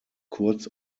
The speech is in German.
kurz